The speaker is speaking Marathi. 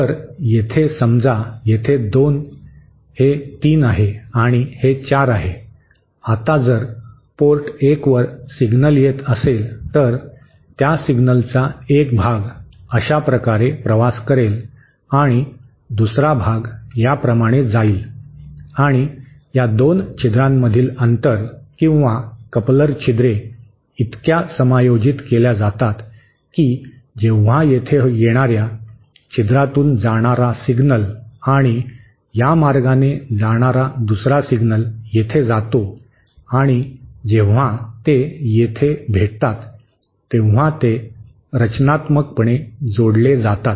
जर येथे समजा येथे 2 हे 3 आहे आणि हे 4 आहे आता जर पोर्ट 1 वर सिग्नल येत असेल तर त्या सिग्नलचा एक भाग अशा प्रकारे प्रवास करेल आणि दुसरा भाग या प्रमाणे जाईल आणि या 2 छिद्रांमधील अंतर किंवा कपलर छिद्रे इतक्या समायोजित केल्या जातात की जेव्हा येथे येणाऱ्या छिद्रातून जाणारा सिग्नल आणि या मार्गाने जाणारा दुसरा सिग्नल येथे जातो आणि जेव्हा ते येथे भेटतात तेव्हा ते रचनात्मकपणे जोडले जातात